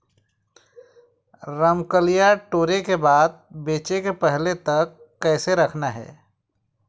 रमकलिया टोरे के बाद बेंचे के पहले तक कइसे रखना हे?